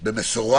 במשורה.